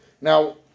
Now